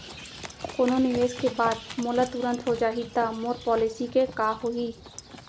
कोनो निवेश के बाद मोला तुरंत हो जाही ता मोर पॉलिसी के का होही?